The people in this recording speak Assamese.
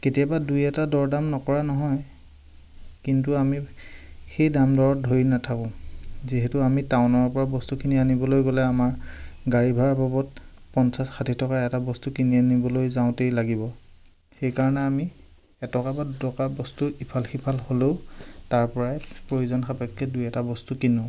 কেতিয়াবা দুই এটা দৰ দাম নকৰা নহয় কিন্তু আমি সেই দাম দৰত ধৰি নাথাকোঁ যিহেতু আমি টাউনৰ পৰা বস্তুখিনি আনিবলৈ গ'লে আমাৰ গাড়ী ভাড়াৰ বাবদ পঞ্চাছ ষাঠি টকা এটা বস্তু কিনি আনিবলৈ যাওঁতেই লাগিব সেইকাৰণে আমি এটকা বা দুটকা বস্তুৰ ইফাল সিফাল হ'লেও তাৰ পৰাই প্ৰয়োজন সাপেক্ষে দুই এটা বস্তু কিনো